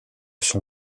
son